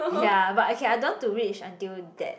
ya but I can I don't want to reach until that